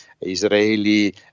Israeli